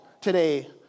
today